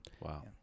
Wow